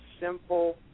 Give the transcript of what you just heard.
simple